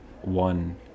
one